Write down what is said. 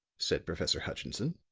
said professor hutchinson.